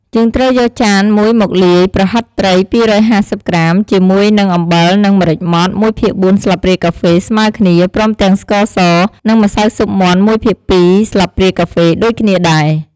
យើងត្រូវយកចានមួយមកលាយ ប្រហិតត្រី ២៥០ ក្រាម ជាមួយនឹង អំបិល និង ម្រេចម៉ដ្ឋ ១ភាគ៤ ស្លាបព្រាកាហ្វេស្មើគ្នា ព្រមទាំង ស្ករស និងម្សៅស៊ុបមាន់ ១ភាគ២ ស្លាបព្រាកាហ្វេដូចគ្នាដែរ។